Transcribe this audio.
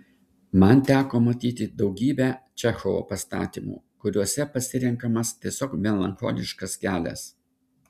man teko matyti daugybę čechovo pastatymų kuriuose pasirenkamas tiesiog melancholiškas kelias